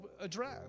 address